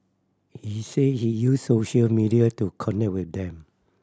he said he uses social media to connect with them